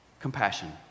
Compassion